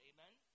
Amen